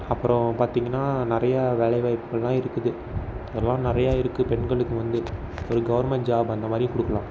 அப்றம் பார்த்திங்கனா நிறையா வேலை வாய்ப்புகள்லாம் இருக்குது எல்லா நிறையா இருக்கு பெண்களுக்கு வந்து ஒரு கவர்மெண்ட் ஜாப் அந்தமாதிரி கொடுக்குலாம்